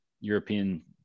European